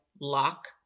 lock